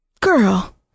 Girl